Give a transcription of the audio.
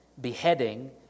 beheading